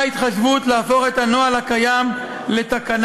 הייתה התחייבות להפוך את הנוהל הקיים לתקנה.